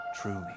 Truly